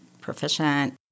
proficient